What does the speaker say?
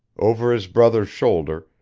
over his brother's shoulder,